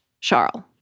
Charles